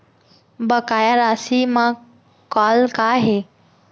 बकाया राशि मा कॉल का हे?